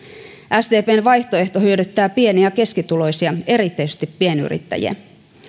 sdpn vaihtoehto hyödyttää pieni ja keskituloisia erityisesti pienyrittäjiä